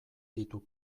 ditu